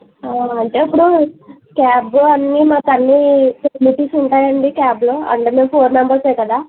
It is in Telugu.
అంటే ఇప్పుడు క్యాబు అన్నీ మాకు అన్ని ఫెసిలిటీస్ ఉంటాయా అండి క్యాబ్లో అంటే మేము ఫోర్ మెంబర్సే కదా